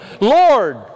Lord